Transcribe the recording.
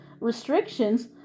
restrictions